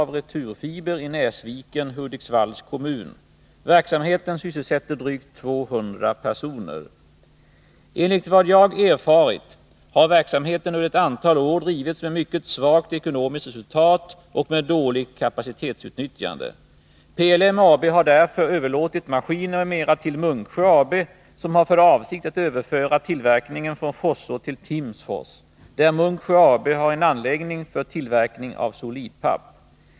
30 november 1982 Enligt vad jag erfarit har verksamheten under ett antal år drivits med mycket svagt ekonomiskt resultat och med dåligt kapacitetsutnyttjande. Om solidpappstill PLM AB har därför överlåtit maskiner m.m. till Munksjö AB, som har för verkningen vid avsikt att överföra tillverkningen från Forsså till Timsfors, där Munksjö AB — Forsså Kraftbox har en anläggning för tillverkning av solidpapp.